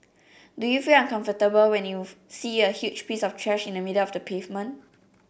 do you feel uncomfortable when you see a huge piece of trash in the middle of the pavement